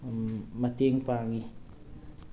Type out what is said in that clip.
ꯃꯇꯦꯡ ꯄꯥꯡꯉꯤ